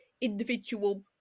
individual